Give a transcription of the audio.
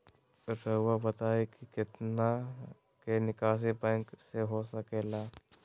रहुआ बताइं कि कितना के निकासी बैंक से हो सके ला?